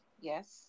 Yes